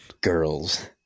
Girls